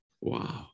Wow